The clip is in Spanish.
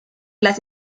las